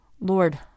Lord